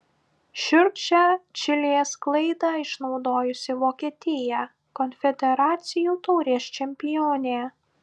šiurkščią čilės klaidą išnaudojusi vokietija konfederacijų taurės čempionė